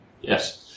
yes